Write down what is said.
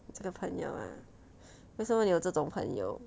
这个朋友啊为什么有这种朋友